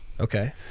Okay